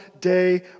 day